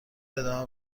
ادامه